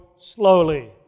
slowly